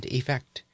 effect